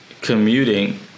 commuting